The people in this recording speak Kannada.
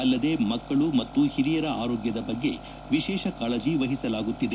ಅಲ್ಲದೇ ಮಕ್ಕಳ ಹಾಗೂ ಹಿರಿಯರ ಆರೋಗ್ಯದ ಬಗ್ಗೆ ವಿಶೇಷ ಕಾಳಜಿ ವಹಿಸಲಾಗುತ್ತಿದೆ